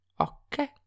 okay